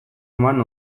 eman